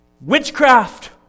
Witchcraft